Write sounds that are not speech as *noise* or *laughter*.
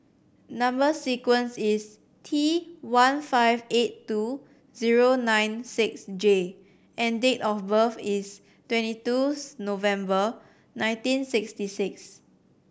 number sequence is T one five eight two zero nine six J and date of birth is twenty two *unintelligible* November nineteen sixty six